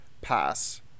pass